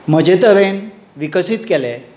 म्हजे तरेन विकसीत केले